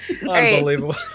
Unbelievable